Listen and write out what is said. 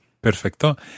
Perfecto